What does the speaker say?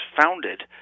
founded